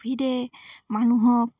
ক'ভিডে মানুহক